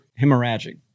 hemorrhagic